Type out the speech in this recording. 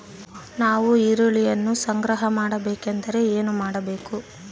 ನಾನು ಈರುಳ್ಳಿಯನ್ನು ಸಂಗ್ರಹ ಮಾಡಬೇಕೆಂದರೆ ಏನು ಮಾಡಬೇಕು?